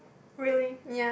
really